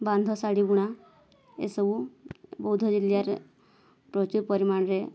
ବାନ୍ଧଶାଢ଼ୀ ବୁଣା ଏସବୁ ବୌଦ୍ଧ ଜିଲ୍ଲାରେ ପ୍ରଚୁର ପରିମାଣରେ